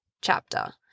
chapter